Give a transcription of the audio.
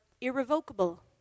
irrevocable